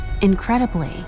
Incredibly